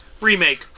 Remake